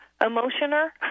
emotioner